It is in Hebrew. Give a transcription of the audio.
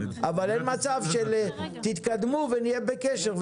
אבל אין מצב של תתקדמו ונהיה בקשר,